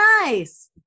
nice